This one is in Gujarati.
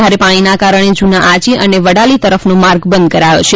વધારે પાણીના કારણે જૂના આજી અને વડાલી તરફનો માર્ગ બંધ કરાયો છે